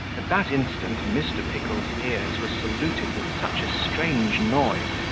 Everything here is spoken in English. at that instant, mr. pickle's ears were saluted with such a strange noise,